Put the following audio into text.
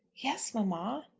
yes, mamma.